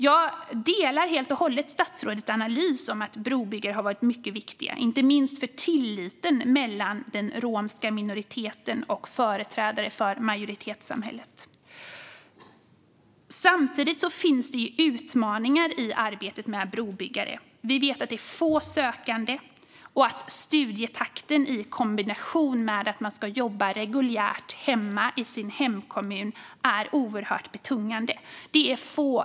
Jag delar helt och hållet statsrådets analys att brobyggarna har varit mycket viktiga, inte minst för tilliten mellan den romska minoriteten och företrädare för majoritetssamhället. Samtidigt finns det utmaningar i arbetet med brobyggare. Vi vet att det är få sökande och att studietakten i kombination med att man ska jobba reguljärt i sin hemkommun är oerhört betungande.